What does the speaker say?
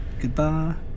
Goodbye